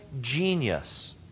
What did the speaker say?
genius